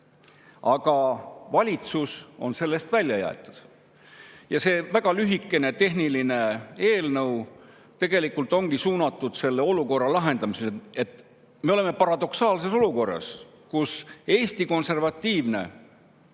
Aga valitsus on [nende hulgast] välja jäetud. See väga lühikene tehniline eelnõu ongi suunatud selle olukorra lahendamisele. Me oleme paradoksaalses olukorras, kus Eesti Konservatiivne